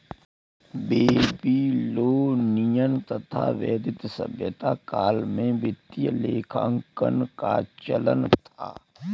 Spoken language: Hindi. बेबीलोनियन तथा वैदिक सभ्यता काल में वित्तीय लेखांकन का चलन था